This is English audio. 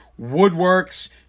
Woodworks